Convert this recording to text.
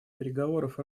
переговоров